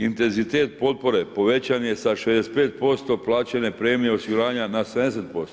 Intenzitet potpore povećan je sa 65% plaćanja premije osiguranja na 70%